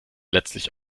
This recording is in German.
letztlich